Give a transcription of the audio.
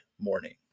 morning